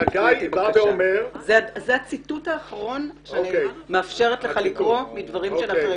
זה הציטוט האחרון שאני מאפשרת לך לקרוא מדברים של אחרים.